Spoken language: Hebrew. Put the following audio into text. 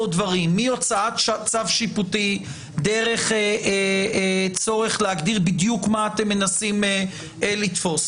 דברים מהוצאת צו שיפוטי דרך צורך להגדיר בדיוק מה אתם מנסים לתפוס.